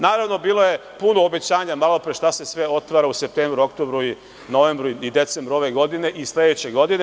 Naravno, bilo je puno obećanja malopre šta se sve otvara u septembru, oktobru, novembru i decembru ove godine i sledeće godine.